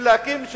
של להקים,